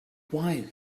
why